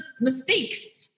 mistakes